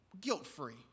guilt-free